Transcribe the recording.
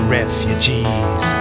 refugees